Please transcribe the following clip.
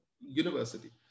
university